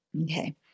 Okay